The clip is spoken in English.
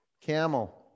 Camel